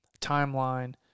timeline